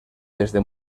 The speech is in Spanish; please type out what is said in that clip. desde